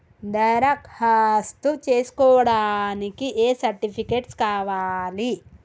దరఖాస్తు చేస్కోవడానికి ఏ సర్టిఫికేట్స్ కావాలి?